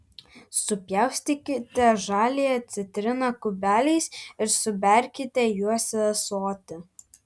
supjaustykite žaliąją citriną kubeliais ir suberkite juos į ąsotį